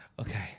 Okay